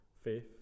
Faith